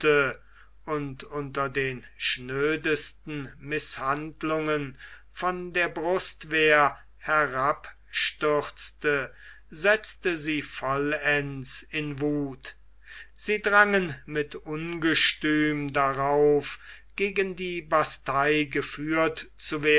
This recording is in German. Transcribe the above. und unter den schnödesten mißhandlungen von der brustwehr herabstürzte setzte sie vollends in wuth sie drangen mit ungestüm darauf gegen die bastei geführt